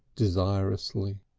desirously.